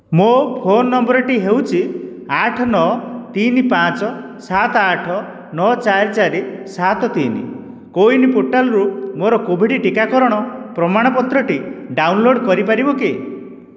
ମୋ ଫୋନ ନମ୍ବରଟି ହେଉଛି ଆଠ ନଅ ତିନି ପାଞ୍ଚ ସାତ ଆଠ ନଅ ଚାରି ଚାରି ସାତ ତିନି କୋ ୱିନ୍ ପୋର୍ଟାଲ୍ରୁ ମୋର କୋଭିଡ଼୍ ଟିକାକରଣ ପ୍ରମାଣପତ୍ରଟି ଡାଉନଲୋଡ଼୍ କରିପାରିବ କି